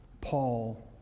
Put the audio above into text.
Paul